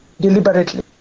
deliberately